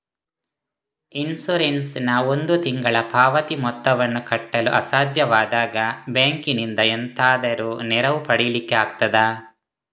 Insurance ನ ಒಂದು ತಿಂಗಳ ಪಾವತಿ ಮೊತ್ತವನ್ನು ಕಟ್ಟಲು ಅಸಾಧ್ಯವಾದಾಗ ಬ್ಯಾಂಕಿನಿಂದ ಎಂತಾದರೂ ನೆರವು ಪಡಿಲಿಕ್ಕೆ ಆಗ್ತದಾ?